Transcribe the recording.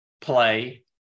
play